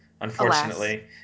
Unfortunately